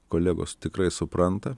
kolegos tikrai supranta